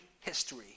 History